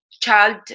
child